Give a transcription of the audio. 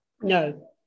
No